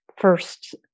first